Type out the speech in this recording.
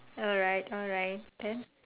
alright alright then